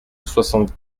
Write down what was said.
soixante